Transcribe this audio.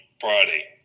Friday